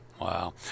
Wow